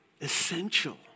Essential